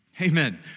Amen